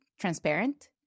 transparent